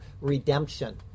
redemption